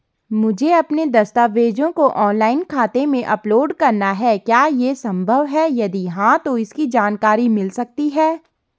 मुझे अपने दस्तावेज़ों को ऑनलाइन खाते में अपलोड करना है क्या ये संभव है यदि हाँ तो इसकी जानकारी मिल सकती है?